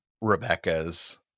Rebecca's